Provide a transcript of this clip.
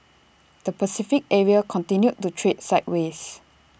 the Pacific area continued to trade sideways